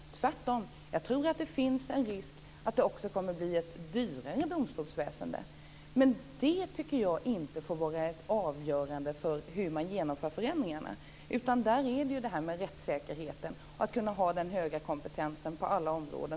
Tvärtom, tror jag att det finns en risk för att det kommer att bli ett dyrare domstolsväsende. Men det tycker jag inte får vara avgörande för hur man genomför förändringarna. I stället är det viktigaste att man har rättssäkerhet och hög kompetens på alla områden.